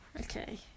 okay